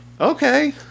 Okay